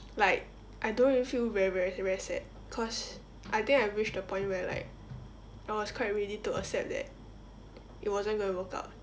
like I don't really feel very very very sad cause I think I reached the point where like I was quite ready to accept that it wasn't going to work out